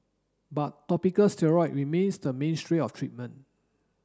but topical steroid remains the mainstream of treatment